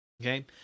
okay